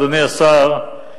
אדוני השר,